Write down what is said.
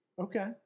Okay